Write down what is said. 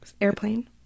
Airplane